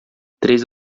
três